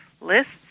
lists